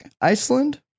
Iceland